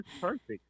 perfect